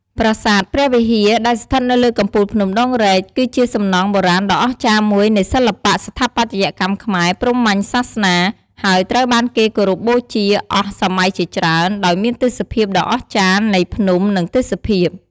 ប្រាសាទព្រះវិហារ ដែលស្ថិតនៅលើកំពូលភ្នំដងរែក គឺជាសំណង់បុរាណដ៏អស្ចារ្យមួយនៃសិល្បៈស្ថាបត្យកម្មខ្មែរព្រហ្មញ្ញសាសនា ហើយត្រូវបានគេគោរពបូជាអស់សម័យជាច្រើន ដោយមានទេសភាពដ៏អស្ចារ្យនៃភ្នំនិងទេសភាព ។